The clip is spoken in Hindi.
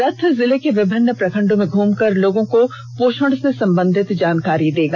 रथ जिले के विभिन्न प्रखण्डों में घूमकर लोगों को पोषण से संबंधित जानकारी देगी